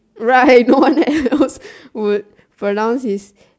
right no one that you know would pronounce his